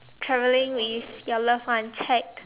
traveling with your loved one checked